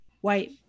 white